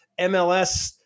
MLS